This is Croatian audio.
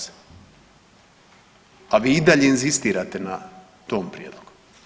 8. A vi i dalje inzistirate na tom prijedlogu.